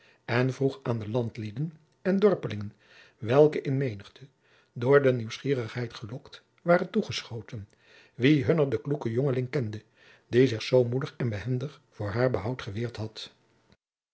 en vroeg aan de landlieden en dorpejacob van lennep de pleegzoon lingen welke in menigte door de nieuwsgierigheid gelokt waren toegeschoten wie hunner den kloeken jongeling kende die zich zoo moedig en behendig voor haar behoud geweerd had